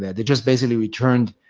they just basically returned